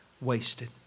wasted